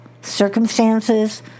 circumstances